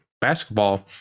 basketball